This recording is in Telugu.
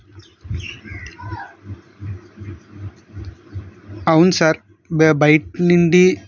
అవును సార్ బయట నుండి